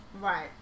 Right